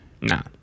No